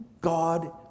God